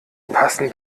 passen